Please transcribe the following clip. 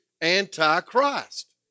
anti-Christ